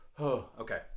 okay